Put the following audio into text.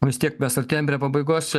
vis tiek mes artėjam prie pabaigos